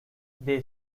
they